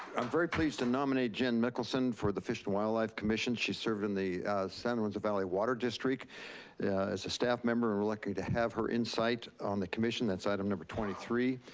i'm very pleased to nominate jen nicholson for the fish and wildlife commission. she's served in the san joaquin valley water district as a staff member, and we're lucky to have her in-site on the commission, that's item number twenty three.